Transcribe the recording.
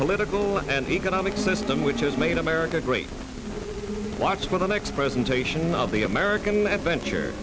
political and economic system which has made america great watch for the next presentation of the american adventure